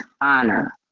honor